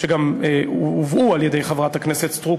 שגם הובאו על-ידי חברת הכנסת סטרוק,